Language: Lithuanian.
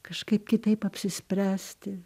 kažkaip kitaip apsispręsti